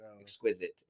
exquisite